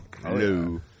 Hello